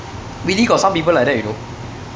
really got some people like that you know